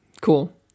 Cool